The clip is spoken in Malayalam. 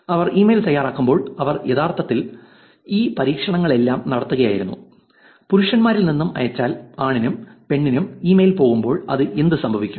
അവർ ഇമെയിൽ തയ്യാറാക്കുമ്പോൾ അവർ യഥാർത്ഥത്തിൽ ഈ പരീക്ഷണങ്ങളെല്ലാം നടത്തുകയായിരുന്നു പുരുഷനിൽ നിന്ന് അയച്ചാൽ ആണിനും പെണ്ണിനും ഇമെയിൽ പോകുമ്പോൾ എന്ത് സംഭവിക്കും